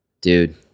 Dude